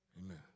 Amen